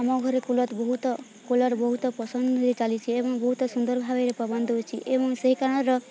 ଆମ ଘରେ କୁଲର ବହୁତ କୁଲର ବହୁତ ପସନ୍ଦରେ ଚାଲିଛି ଏବଂ ବହୁତ ସୁନ୍ଦର ଭାବରେ ପବନ୍ ଦେଉଛି ଏବଂ ସେହି କାରଣର